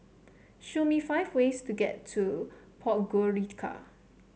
show me five ways to get to Podgorica